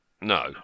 No